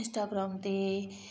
Instagram ते